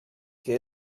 que